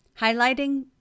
highlighting